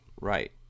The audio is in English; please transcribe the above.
right